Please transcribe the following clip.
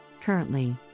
Currently